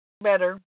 Better